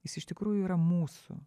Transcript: jis iš tikrųjų yra mūsų